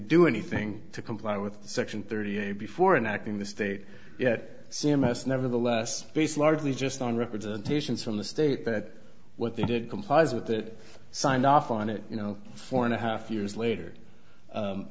do anything to comply with section thirty eight before and acting the state yet c m s nevertheless based largely just on representations from the state that what they did complies with it signed off on it you know four and a half years later